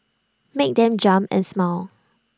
make them jump and smile